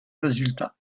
résultat